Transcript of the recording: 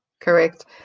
correct